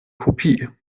kopie